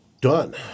done